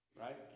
Right